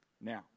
Now